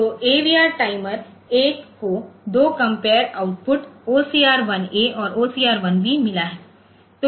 तो AVR timer एक को 2 कंपेयर आउटपुट OCR 1A और OCR 1B मिला है